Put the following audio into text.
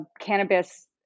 cannabis